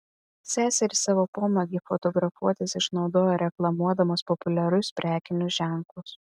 seserys savo pomėgį fotografuotis išnaudoja reklamuodamos populiarius prekinius ženklus